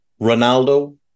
Ronaldo